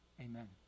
Amen